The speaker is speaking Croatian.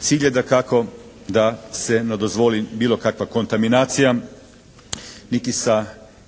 Cilj je dakako da se ne dozvoli bilo kakva kontaminacija, niti sa